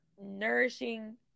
nourishing